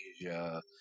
Asia